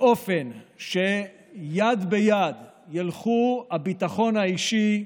באופן שיד ביד ילכו הביטחון אישי,